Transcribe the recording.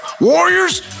Warriors